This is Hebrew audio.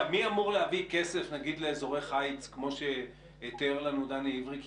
מי אמור להעביר כסף לאזורי חיץ כמו שתיאר לנו דני עברי?